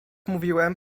mówiłem